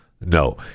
No